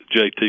JT